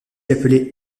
appelée